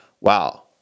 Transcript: wow